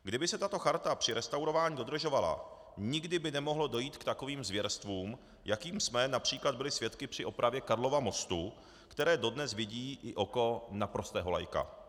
Kdyby se tato charta při restaurování dodržovala, nikdy by nemohlo dojít k takovým zvěrstvům, jakých jsme například byli svědky při opravě Karlova mostu, které dodnes vidí i oko na prostého laika.